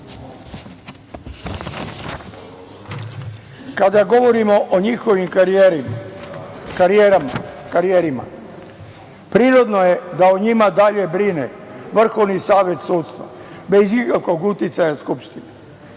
govorimo o njihovim karijerama, prirodno je da o njima dalje brine Vrhovni savet sudstva, bez ikakvog uticaja Skupštine,